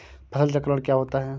फसल चक्रण क्या होता है?